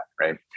right